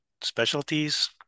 specialties